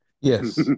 Yes